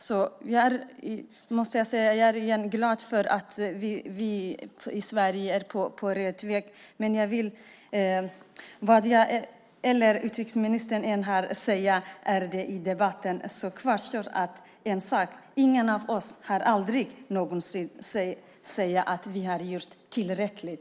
Jag måste återigen säga att jag är glad för att vi i Sverige är på rätt väg, men jag vill säga att vad utrikesministern än har att säga i debatten kvarstår en sak: Ingen av oss kan någonsin säga att vi har gjort tillräckligt.